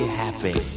happy